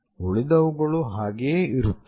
ಉಳಿದವುಗಳು ಹಾಗೆಯೇ ಇರುತ್ತವೆ